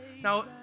Now